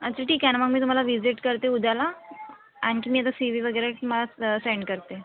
अच्छा ठीक आहे ना मग मी तुम्हाला विजिट करते उद्याला आणखी मी आता सी वी वगैरे तुम्हाला सेंड करते